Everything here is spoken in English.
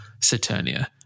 Saturnia